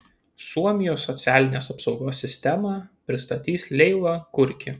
suomijos socialinės apsaugos sistemą pristatys leila kurki